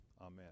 Amen